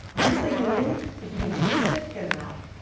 once they get in if you can taste it, get em out.